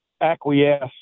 acquiesce